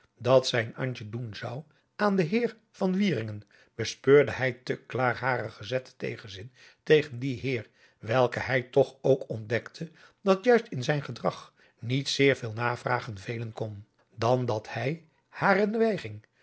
dat zijn antje doen zou aan den heer van wieringen bespeurde hij te klaar haren gezetten tegenzin tegen dien heer welken hij toch ook ontdekte dat juist in zijn gedrag niet zeer veel navragen velen kon dan dat hij